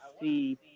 see